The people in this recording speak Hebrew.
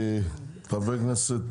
בבקשה, חברת הכנסת